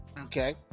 okay